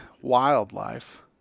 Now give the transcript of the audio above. wildlife